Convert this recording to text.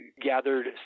gathered